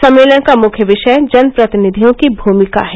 सम्मेलन का मुख्य वि ाय जन प्रतिनिधियों की भूमिका है